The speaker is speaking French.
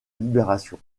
libération